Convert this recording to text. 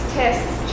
tests